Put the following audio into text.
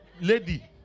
Lady